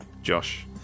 Josh